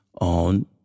on